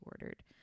ordered